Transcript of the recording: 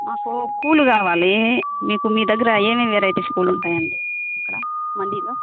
మాకు పూలు కావాలి మీకు మీ దగ్గర ఏమెం వెరైటీస్ పూలు ఉంటాయండి ఇక్కడ మండిలో